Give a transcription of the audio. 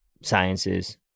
sciences